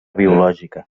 biològica